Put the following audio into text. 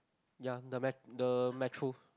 ya the met~ the metro